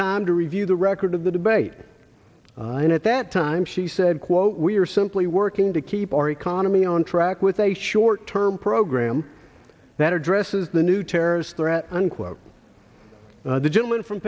time to review the record of the debate and at that time she said quote we are simply working to keep our economy on track with a short term program that addresses the new terrorist threat unquote the gentleman from